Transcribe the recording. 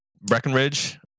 Breckenridge